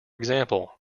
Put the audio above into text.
example